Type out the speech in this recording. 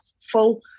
full